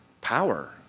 power